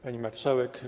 Pani Marszałek!